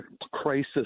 crisis